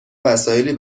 وسایلی